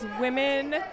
women